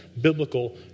biblical